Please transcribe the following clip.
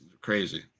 crazy